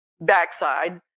backside